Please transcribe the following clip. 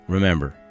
Remember